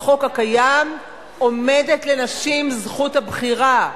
בחוק הקיים עומדת לנשים זכות הבחירה.